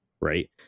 right